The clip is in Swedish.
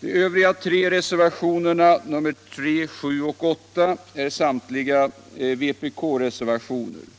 De övriga tre reservationerna — 3, 7 och 8 — är samtliga vpk-reservationer.